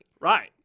Right